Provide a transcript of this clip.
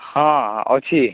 ହଁ ଅଛି